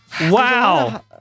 Wow